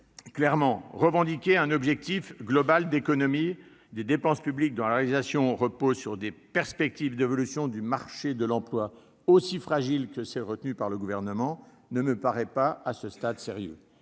stade, revendiquer un objectif global d'économies des dépenses publiques dont la réalisation repose sur des perspectives d'évolution du marché de l'emploi aussi fragiles que celles qu'a retenues le Gouvernement ne me paraît pas sérieux.